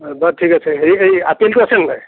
বাৰু ঠিক আছে সেই সেই আপেলটো আছে নে নাই